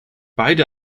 beide